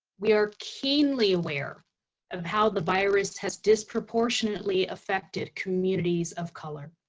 we are keenly aware of how the virus has disproportionately affected communities of color.